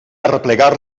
arreplegar